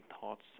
thoughts